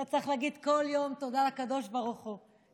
אתה צריך להגיד כל יום תודה לקדוש ברוך הוא,